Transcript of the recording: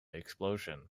explosion